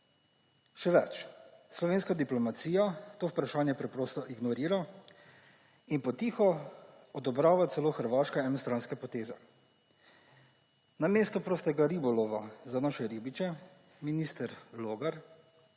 Še več, slovenska diplomacija to vprašanje preprosto ignorira in po tiho celo odobrava hrvaške enostranske poteze. Namesto prostega ribolova za naše ribiče minister Logar